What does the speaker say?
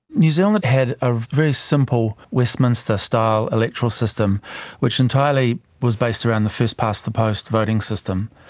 new zealand had a very simple westminster style electoral system which entirely was based around the first-past-the-post voting system.